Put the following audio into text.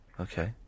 Okay